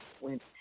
went